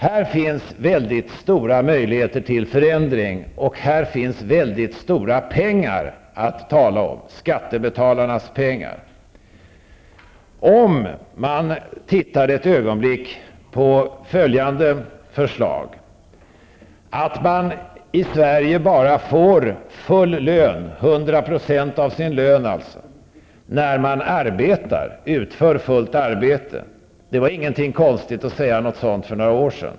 Här finns väldigt stora möjligheter till en förändring, och här finns väldigt mycket pengar att tala om -- skattebetalarnas pengar. Låt oss för ett ögonblick ta del av följande förslag. Tänk er att man i Sverige bara får full lön, 100 % lön alltså, när man arbetar, dvs. utför fullt arbete. Det var inte konstigt att säga något sådant för några år sedan.